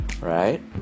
right